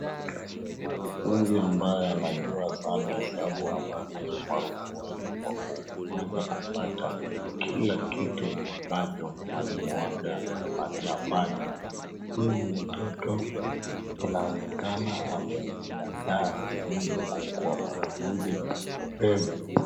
Mwanafunzi ambaye anajua sana hesabu ameonyesha umaarufu wake kwa kuweza kupata kila kitu ambacho mwalimu wake alimpatia afanye. Huyu mtoto inaonekana amejiandaa vilivyo kukuwa mwanafunzi mwerevu.